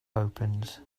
opens